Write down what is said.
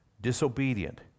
disobedient